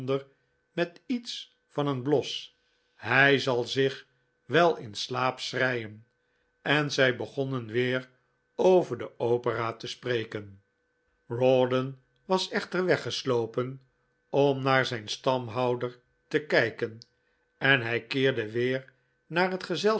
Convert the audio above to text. met iets van een bios hij zal zich wel in slaap schreien en zij begonnen weer over de opera te spreken rawdon was echter weggeslopen om naar zijn stamhouder te kijken en hij keerde weer naar het